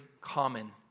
common